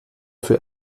für